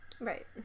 Right